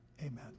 amen